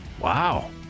wow